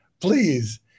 Please